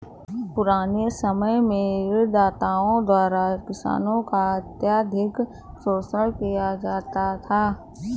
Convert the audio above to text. पुराने समय में ऋणदाताओं द्वारा किसानों का अत्यधिक शोषण किया जाता था